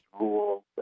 rules